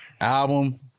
Album